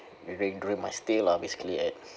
we've been during my stay lah basically at